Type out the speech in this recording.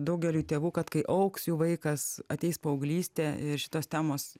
daugeliui tėvų kad kai augs jų vaikas ateis paauglystė ir šitos temos